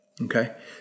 Okay